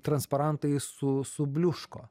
transparantai su subliuško